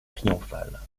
triomphale